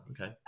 okay